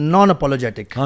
Non-apologetic